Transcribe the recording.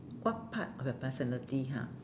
what part of your personality ha